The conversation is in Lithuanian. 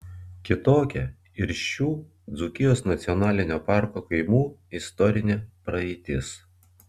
kitokia ir šių dzūkijos nacionalinio parko kaimų istorinė praeitis